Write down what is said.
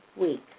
week